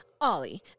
ollie